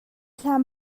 hlan